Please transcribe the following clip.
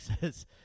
says